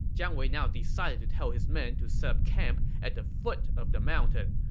jiang wei now decided to tell his men to set up camp at the foot of the mountain,